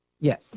Yes